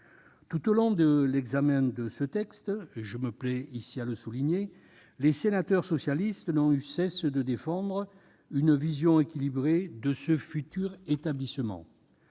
Tout au long de l'examen du texte, je me plais à le souligner, les sénateurs du groupe socialiste n'ont cessé de défendre une vision équilibrée du futur établissement.